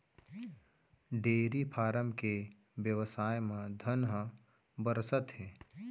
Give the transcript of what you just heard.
dairy farm के बेवसाय म धन ह बरसत हे